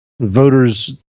voters